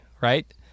right